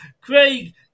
Craig